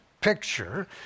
picture